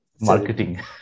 Marketing